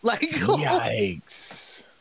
yikes